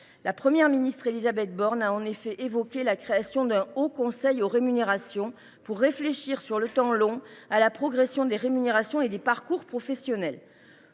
la Première ministre Élisabeth Borne a évoqué la création d’un haut conseil des rémunérations pour réfléchir, sur le temps long, à la progression des rémunérations et des parcours professionnels.